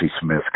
Smith